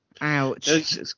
Ouch